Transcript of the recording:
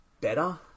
better